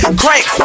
crank